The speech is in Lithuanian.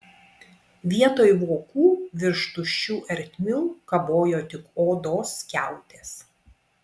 vietoj vokų virš tuščių ertmių kabojo tik odos skiautės